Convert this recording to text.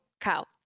Kyle